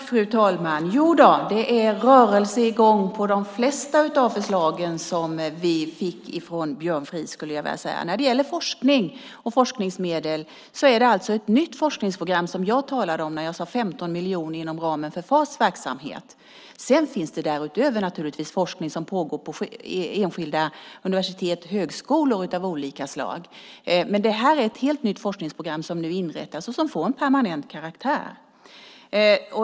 Fru talman! Jodå, det är rörelse när det gäller de flesta av de förslag som vi fick av Björn Fries. Vad gäller forskning och forskningsmedel är det alltså ett nytt forskningsprogram som jag talade om när jag talade om 15 miljoner inom ramen för FAS verksamhet. Därutöver finns det naturligtvis forskning av olika slag som pågår på enskilda universitet och högskolor. Men det här är ett helt nytt forskningsprogram som inrättas och som får en permanent karaktär.